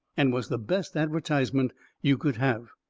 and was the best advertisement you could have.